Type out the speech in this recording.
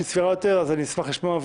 שהיא סבירה יותר אז אני אשמח לשמוע.